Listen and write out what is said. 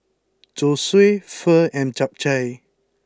Zosui Pho and Japchae